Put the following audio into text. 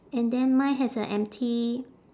and then mine has a empty